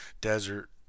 desert